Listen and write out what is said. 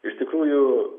iš tikrųjų